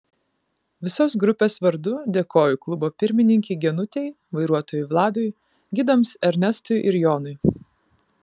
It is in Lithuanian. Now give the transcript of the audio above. visos grupės vardu dėkoju klubo pirmininkei genutei vairuotojui vladui gidams ernestui ir jonui